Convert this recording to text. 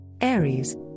Aries